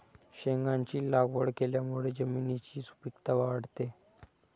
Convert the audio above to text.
शेंगांची लागवड केल्यामुळे जमिनीची सुपीकता वाढते